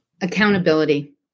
Accountability